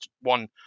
one